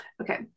Okay